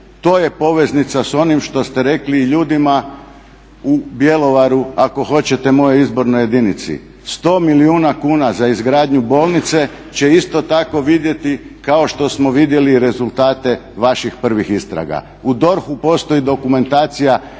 To je poveznica s onim što ste rekli i ljudima u Bjelovaru, ako hoćete u mojoj izbornoj jedinici. 100 milijuna kuna za izgradnju bolnice će isto tako vidjeti kao što smo vidjeli rezultate vaših prvih istraga. U DORH-u postoji dokumentacija